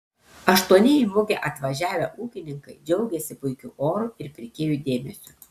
aštuoni į mugę atvažiavę ūkininkai džiaugėsi puikiu oru ir pirkėjų dėmesiu